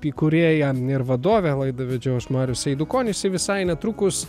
įkūrėja ir vadovė laidą vedžiau aš marius eidukonis visai netrukus